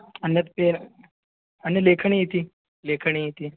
अन्यथा पेन् अन्या लेखनीति लेखनी इति